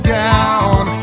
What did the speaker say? down